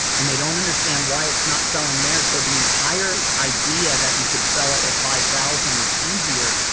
and they don't understand why it's not selling there, so the entire idea that you could sell it at five thousand is easier,